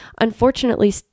Unfortunately